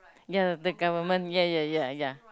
ya the government ya ya ya ya